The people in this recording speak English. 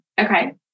okay